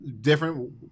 different